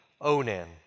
Onan